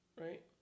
right